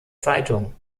zeitung